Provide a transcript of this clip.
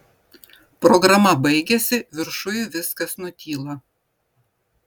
programa baigiasi viršuj viskas nutyla